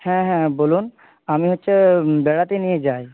হ্যাঁ হ্যাঁ বলুন আমি হচ্ছে বেড়াতে নিয়ে যাই